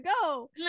go